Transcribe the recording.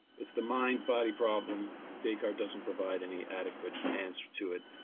it's the mind body problem descartes doesn't provide any adequate answer to it.